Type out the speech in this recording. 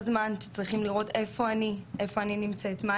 זה באמת מלווה לא רק באלימות טכנולוגית,